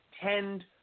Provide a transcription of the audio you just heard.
tend